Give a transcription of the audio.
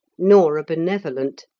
nor a benevolent,